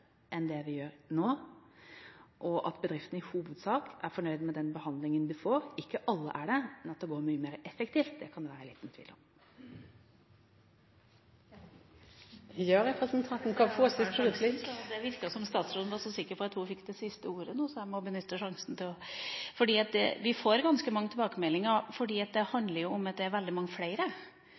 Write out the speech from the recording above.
enn det vi gjør nå, og at bedriftene i hovedsak er fornøyde med den behandlingen de får. Ikke alle er det, men at det går mye mer effektivt, kan det være liten tvil om. Det virket som statsråden var så sikker på at hun fikk det siste ordet nå, så jeg måtte benytte sjansen. Vi får ganske mange tilbakemeldinger. Det handler om at det er veldig mange flere